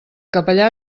capellà